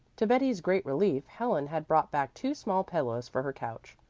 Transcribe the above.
to betty's great relief helen had brought back two small pillows for her couch,